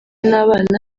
n’abana